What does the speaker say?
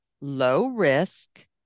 low-risk